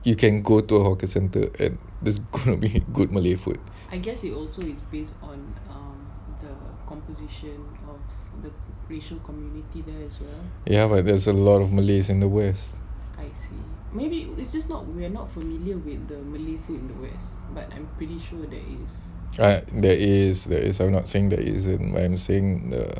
you can go to a hawker centre and there's gonna be good malay food ya but there's a lot of malays and the west there is I'm not saying that isn't I'm saying the